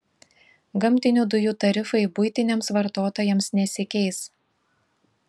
gamtinių dujų tarifai buitiniams vartotojams nesikeis